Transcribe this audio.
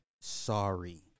Sorry